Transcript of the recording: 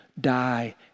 die